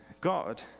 God